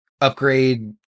upgrade